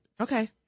Okay